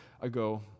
ago